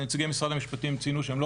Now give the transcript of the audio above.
נציגי משרד המשפטים ציינו שהם לא